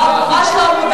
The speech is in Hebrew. לא, את ממש לא מודעת.